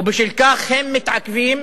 ובשל כך הם מתעכבים,